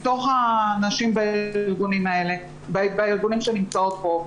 מתוך הנשים בארגונים שנמצאות פה,